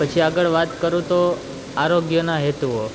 પછી આગળ વાત કરું તો આરોગ્યના હેતુઓ